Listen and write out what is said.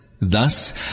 Thus